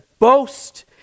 Boast